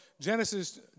Genesis